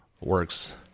works